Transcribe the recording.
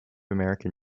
american